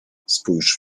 spójrz